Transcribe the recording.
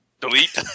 Delete